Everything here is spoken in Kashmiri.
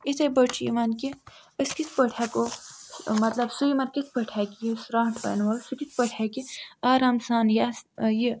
یِتھٕے پٲٹھۍ چھُ یوان کہِ أسۍ کِتھٕ پٲٹھۍ ہیٚکو مَطلَب سویمَر کِتھٕ پٲٹھۍ ہیٚکہِ یُس سرانٹھ واین وول آسہِ سُہ کِتھٕ پٲٹھۍ ہیٚکہِ آرام سان یَس یہِ